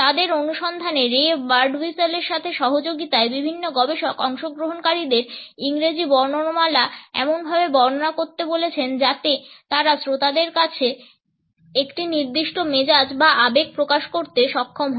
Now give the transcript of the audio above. তাদের অনুসন্ধানে রে বার্ডউইসলের সাথে সহযোগিতায় বিভিন্ন গবেষক অংশগ্রহণকারীদের ইংরেজি বর্ণমালা এমনভাবে বর্ণনা করতে বলেছেন যাতে তারা শ্রোতার কাছে একটি নির্দিষ্ট মেজাজ বা আবেগ প্রকাশ করতে সক্ষম হয়